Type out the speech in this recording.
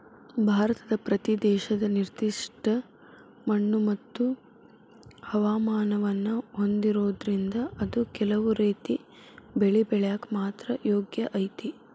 ಭಾರತದ ಪ್ರತಿ ಪ್ರದೇಶ ನಿರ್ದಿಷ್ಟ ಮಣ್ಣುಮತ್ತು ಹವಾಮಾನವನ್ನ ಹೊಂದಿರೋದ್ರಿಂದ ಅದು ಕೆಲವು ರೇತಿ ಬೆಳಿ ಬೆಳ್ಯಾಕ ಮಾತ್ರ ಯೋಗ್ಯ ಐತಿ